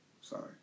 Sorry